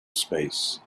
space